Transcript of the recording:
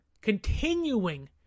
continuing